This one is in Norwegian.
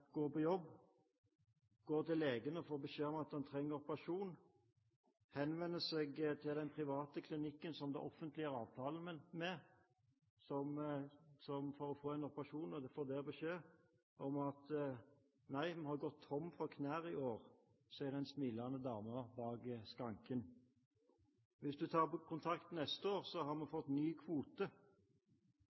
gå på jobb, går til legen og får beskjed om at han trenger operasjon. Han henvender seg til den private klinikken som det offentlige har avtale med, for å få en operasjon. Han får der beskjed om at nei, vi har gått tom for knær i år. Dette sier den smilende damen bak skranken. Hvis du tar kontakt neste år, har vi fått ny kvote.